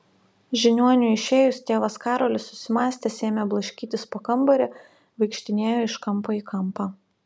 žiniuoniui išėjus tėvas karolis susimąstęs ėmė blaškytis po kambarį vaikštinėjo iš kampo į kampą